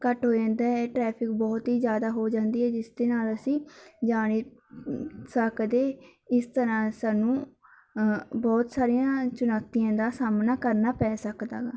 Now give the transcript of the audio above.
ਘੱਟ ਹੋ ਜਾਂਦਾ ਹੈ ਟਰੈਫਿਕ ਬਹੁਤ ਹੀ ਜ਼ਿਆਦਾ ਹੋ ਜਾਂਦੀ ਹੈ ਜਿਸ ਦੇ ਨਾਲ ਅਸੀਂ ਜਾਣੇ ਸਕਦੇ ਇਸ ਤਰ੍ਹਾਂ ਸਾਨੂੰ ਬਹੁਤ ਸਾਰੀਆਂ ਚੁਣੌਤੀਆਂ ਦਾ ਸਾਹਮਣਾ ਕਰਨਾ ਪੈ ਸਕਦਾ ਗਾ